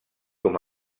com